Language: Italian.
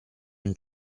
non